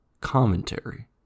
commentary